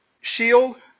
shield